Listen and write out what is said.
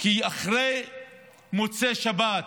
כי אחרי מוצאי שבת